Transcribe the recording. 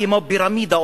כמו פירמידה,